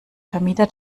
vermieter